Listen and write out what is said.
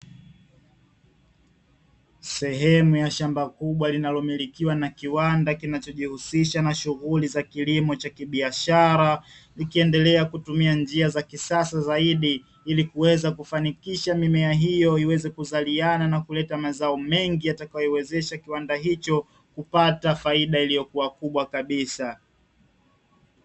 Sehemu ya shamba kubwa linalomilikiwa na kiwanda kinachojihusisha na shughuli za kilimo cha kibiashara, likiendelea kutumia njia za kisasa zaidi ili kuweza kufanikisha mimea hiyo iweze kuzaliana na kuleta mazao mengi yatakayoiwezesha kiwanda hicho kupata faida iliyokuwa kubwa kabisa.